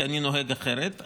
כי אני נוהג אחרת,